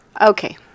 Okay